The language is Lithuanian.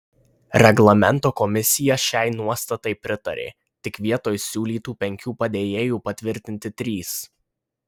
reglamento komisija šiai nuostatai pritarė tik vietoj siūlytų penkių padėjėjų patvirtinti trys